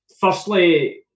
firstly